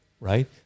right